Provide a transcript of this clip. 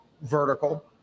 vertical